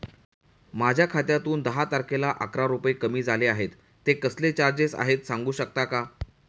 माझ्या खात्यातून दहा तारखेला अकरा रुपये कमी झाले आहेत ते कसले चार्जेस आहेत सांगू शकता का?